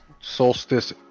Solstice